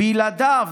בילדיו,